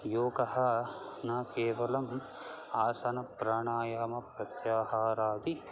योगः न केवलम् आसनप्राणायामप्रत्याहारादि